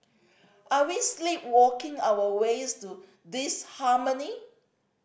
are we sleepwalking our ways to disharmony